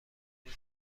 این